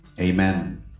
Amen